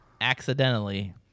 accidentally